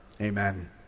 Amen